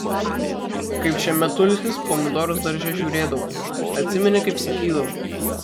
kaip šemetulskis pomidorus darže žiūrėdavo atsimeni kaip sakydavo